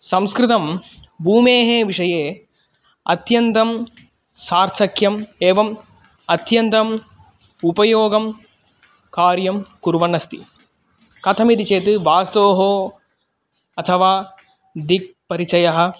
संस्कृतं भूमेः विषये अत्यन्तं सार्थक्यम् एवम् अत्यन्तम् उपयोगं कार्यं कुर्वन् अस्ति कथमिति चेत् वास्तोः अथवा दिक् परिचयः